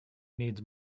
needs